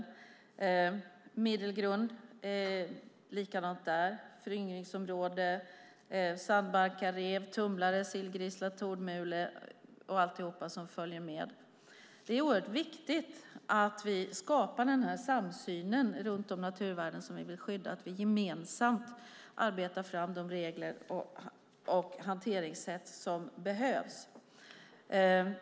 I Middelgrund är det likadant med föryngringsområde, sandbankar, rev, tumlare, sillgrissla, tordmule och allt som följer med det. Det är viktigt att vi skapar samsyn runt de naturvärden vi vill skydda, att vi gemensamt arbetar fram de regler och hanteringssätt som behövs.